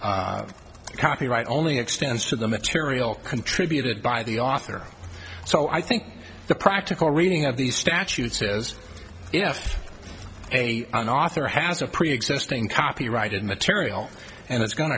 the copyright only extends to the material contributed by the author so i think the practical reading of the statute says if a an author has a preexisting copyrighted material and it's going